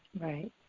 Right